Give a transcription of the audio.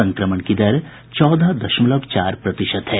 संक्रमण की दर चौदह दशमलव चार प्रतिशत है